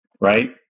right